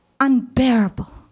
unbearable